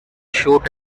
shoot